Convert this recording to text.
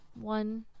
one